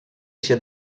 się